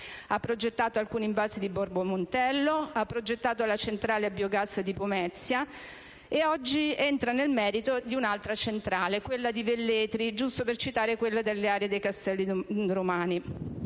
ha progettato alcuni invasi di Borgo Montello; ha progettato la centrale a biogas di Pomezia e oggi entra nel merito di un'altra centrale, quella di Velletri (giusto per citare quelle nell'area dei Castelli Romani).